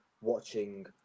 watching